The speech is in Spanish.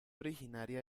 originaria